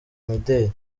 imideri